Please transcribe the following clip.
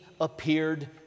appeared